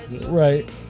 Right